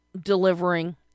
delivering